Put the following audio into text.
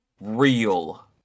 real